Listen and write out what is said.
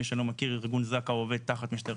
מי שלא מכיר ארגון זק"א עובד תחת משטרת